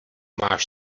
máš